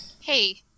Hey